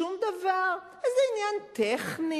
שום דבר, איזה עניין טכני,